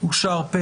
הצבעה אושר.